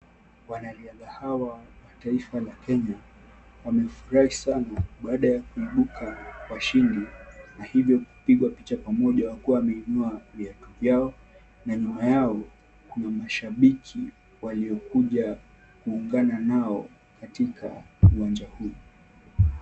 Wanariadha hawa wa taifa la Kenya baada ya kuibuka washindi na hivyo kupigwa picha pamoja wakiwa wameinua viatu vyao na nyuma yao kuna mashabiki waliokuja kuungana nao katika uwanja huu.